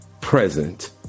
present